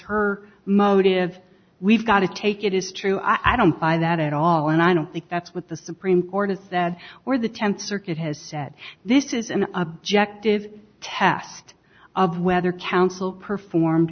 her motive we've got to take it is true i don't buy that at all and i don't think that's what the supreme court has said or the th circuit has said this is an objective test of whether counsel performed